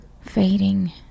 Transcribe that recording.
Fading